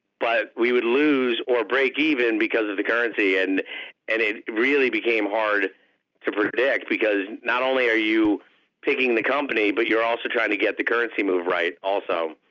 but we would lose or break even because of the currency. and and it really became hard to predict because not only are you picking the company, but you're also trying to get the currency move right also,